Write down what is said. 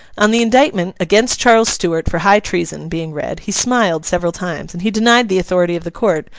on the indictment against charles stuart, for high treason being read, he smiled several times, and he denied the authority of the court,